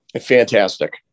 fantastic